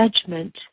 judgment